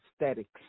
aesthetics